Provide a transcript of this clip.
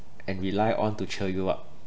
and rely on to cheer you up